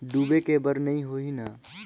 डूबे के बर नहीं होही न?